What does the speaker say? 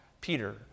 Peter